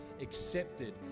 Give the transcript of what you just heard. accepted